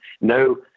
No